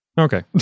Okay